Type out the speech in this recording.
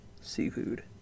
Seafood